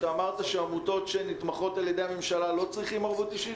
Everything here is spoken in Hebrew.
אתה אמרת שעמותות שנתמכות על ידי הממשלה לא צריכות ערבות אישית?